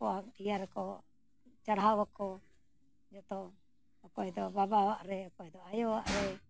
ᱤᱭᱟᱹ ᱨᱮᱠᱚ ᱪᱟᱲᱦᱟᱣ ᱟᱠᱚ ᱡᱚᱛᱚ ᱚᱠᱚᱭ ᱫᱚ ᱵᱟᱵᱟᱣᱟᱜ ᱨᱮ ᱚᱠᱚᱭ ᱫᱚ ᱟᱭᱳᱣᱟᱜ ᱨᱮ